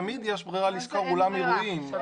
תמיד יש ברירה לשכור אולם אירועים.